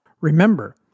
remember